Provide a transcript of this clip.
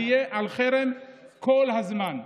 תהיה על חרם כל הזמן.